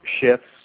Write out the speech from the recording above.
shifts